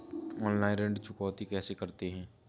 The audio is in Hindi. ऑफलाइन ऋण चुकौती कैसे करते हैं?